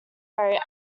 area